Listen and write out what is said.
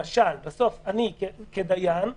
בסוף, אני כדיין,